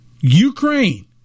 Ukraine